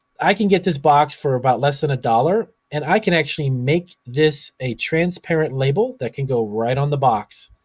i can get this box for about less than a dollar, and i can actually make this a transparent label that can go right on the box.